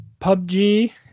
PUBG